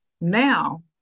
now